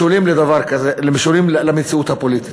משולים למציאות הפוליטית.